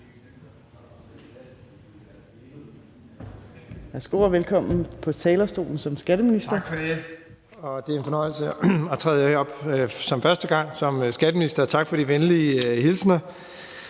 Tak for de venlige hilsner.